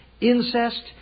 incest